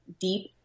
deep